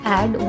add